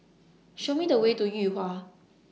Show Me The Way to Yuhua